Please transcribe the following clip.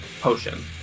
potion